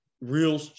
real